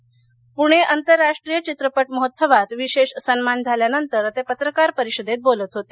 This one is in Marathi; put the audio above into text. पृणे आंतरराष्ट्रीय चित्रपट महोत्सवात विशेष सन्मान झाल्यानंतर ते पत्रकार परिषदेत बोलत होते